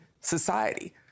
society